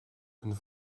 een